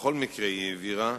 ובכל מקרה היא הבהירה